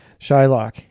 Shylock